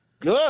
Good